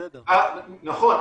נכון,